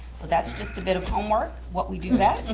so that's just a bit of homework, what we do best. and